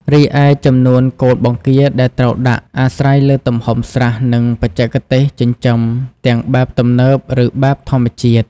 រីឯ ចំនួនកូនបង្គាដែលត្រូវដាក់ អាស្រ័យលើទំហំស្រះ និងបច្ចេកទេសចិញ្ចឹមទាំងបែបទំនើប ឬបែបធម្មជាតិ។